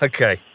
Okay